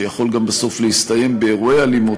שיכול גם בסוף להסתיים באירועי אלימות,